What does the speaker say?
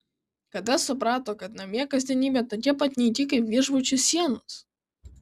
kada suprato kad namie kasdienybė tokia pat nyki kaip viešbučių sienos